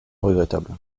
regrettable